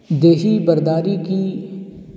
دیہی برداری کی